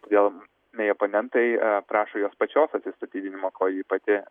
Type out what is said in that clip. todėl mei oponentai prašo jos pačios atsistatydinimo ko ji pati